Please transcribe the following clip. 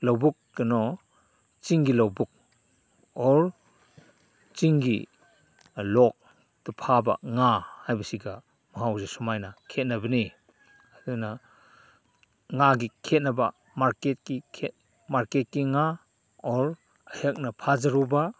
ꯂꯧꯕꯨꯛ ꯀꯩꯅꯣ ꯆꯤꯡꯒꯤ ꯂꯧꯕꯨꯛ ꯑꯣꯔ ꯆꯤꯡꯒꯤ ꯂꯣꯛꯇ ꯐꯥꯕ ꯉꯥ ꯍꯥꯏꯕꯁꯤꯒ ꯃꯍꯥꯎꯁꯦ ꯁꯨꯃꯥꯏꯅ ꯈꯦꯠꯅꯕꯅꯤ ꯑꯗꯨꯅ ꯉꯥꯒꯤ ꯈꯦꯠꯅꯕ ꯃꯥꯔꯀꯦꯠꯀꯤ ꯃꯥꯔꯀꯦꯠꯀꯤ ꯉꯥ ꯑꯣꯔ ꯑꯩꯍꯥꯛꯅ ꯐꯥꯖꯔꯨꯕ